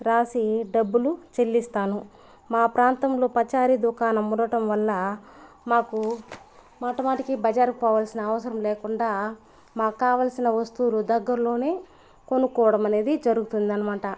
రాసి డబ్బులు చెల్లిస్తాను మా ప్రాంతంలో పచారీ దుకాణం ఉండటం వల్ల మాకు మాటమాటికి బజారుకి పోవాల్సిన అవసరం లేకుండా మాక్కావల్సిన వస్తువులు దగ్గర్లోనే కొనుక్కోవడం అనేది జరుగుతుందనమాట